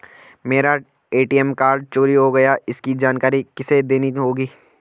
मेरा ATM card चोरी हो गया है इसकी जानकारी किसे देनी होगी?